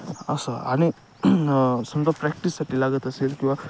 असं आणि समजा प्रॅक्टिससाठी लागत असेल किंवा